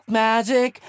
magic